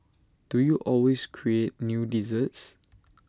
do you always create new desserts